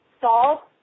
Salt